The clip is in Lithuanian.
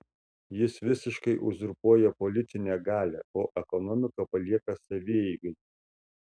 jis visiškai uzurpuoja politinę galią o ekonomiką palieka savieigai